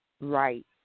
right